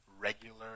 regular